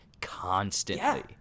Constantly